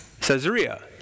Caesarea